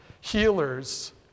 healers